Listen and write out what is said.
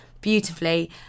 beautifully